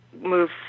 move